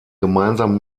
gemeinsam